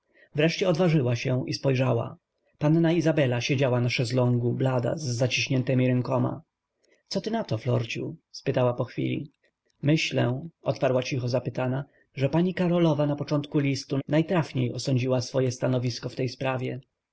wreszcie odważyła się i spojrzała panna izabela siedziała na szeslągu blada z zaciśniętemi rękami cóż ty na to florciu spytała po chwili myślę odparła cicho zapytana że pani karolowa na początku listu najtrafniej osądziła swoje stanowisko w tej sprawie